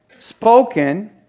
Spoken